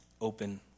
open